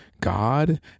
God